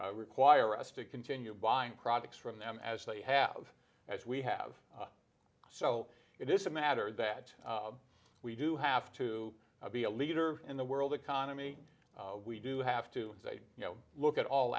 y require us to continue buying products from them as they have as we have so it is a matter that we do have to be a leader in the world economy we do have to say you know look at all